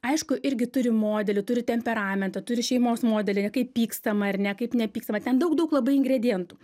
aišku irgi turi modelį turi temperamentą turi šeimos modelį kaip pykstama ar ne kaip nepykstama ten daug daug labai ingredientų